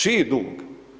Čiji dug?